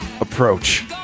approach